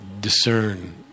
discern